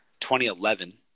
2011